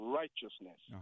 righteousness